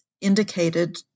indicated